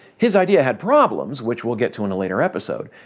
his ideas had problems, which we'll get to in a later episode,